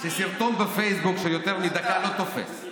שסרטון בפייסבוק של יותר מדקה לא תופס.